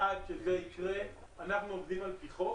עד שזה יקרה, אנחנו עובדים על פי חוק